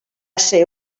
ser